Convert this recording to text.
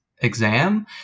exam